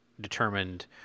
determined